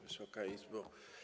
Wysoka Izbo!